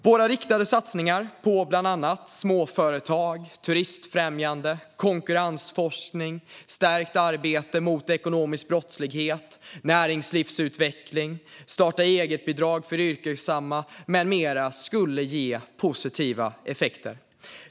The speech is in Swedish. Våra riktade satsningar på bland annat småföretag, turistfrämjande, konkurrensforskning, stärkt arbete mot ekonomisk brottslighet, näringslivsutveckling och starta-eget-bidrag för yrkesverksamma skulle ge positiva effekter.